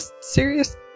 serious